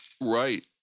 Right